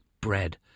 bread